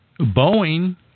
Boeing